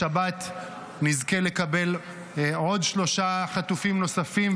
בשבת נזכה לקבל עוד שלושה חטופים נוספים,